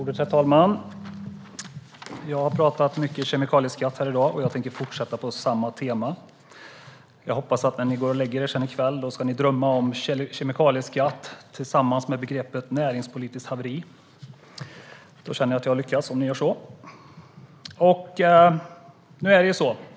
Herr talman! Jag har talat mycket kemikalieskatt här i dag, och jag tänker fortsätta på samma tema. Jag hoppas att ni när ni går och lägger er i kväll ska drömma om kemikalieskatt tillsammans med begreppet näringspolitiskt haveri. Om ni gör så känner jag att jag har lyckats.